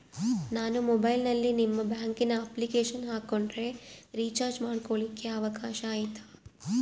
ನಾನು ಮೊಬೈಲಿನಲ್ಲಿ ನಿಮ್ಮ ಬ್ಯಾಂಕಿನ ಅಪ್ಲಿಕೇಶನ್ ಹಾಕೊಂಡ್ರೆ ರೇಚಾರ್ಜ್ ಮಾಡ್ಕೊಳಿಕ್ಕೇ ಅವಕಾಶ ಐತಾ?